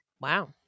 Wow